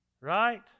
right